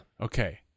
Okay